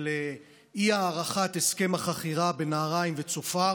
של אי-הארכת הסכם החכירה בנהריים וצופר